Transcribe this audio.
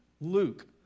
Luke